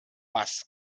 was